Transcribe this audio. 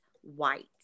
white